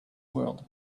world